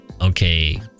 okay